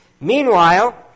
Meanwhile